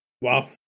wow